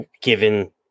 given